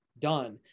done